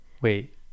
Wait